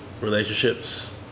relationships